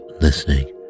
listening